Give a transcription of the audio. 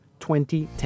2010